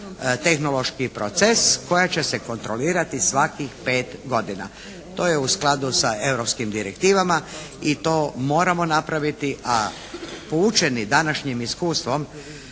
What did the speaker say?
tehnološki proces koja će se kontrolirati svakih 5 godina. To je u skladu sa europskim direktivama i to moramo napraviti a poučeni današnjim iskustvom